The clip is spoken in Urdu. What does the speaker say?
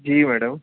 جی میڈم